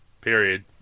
period